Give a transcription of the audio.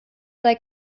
sei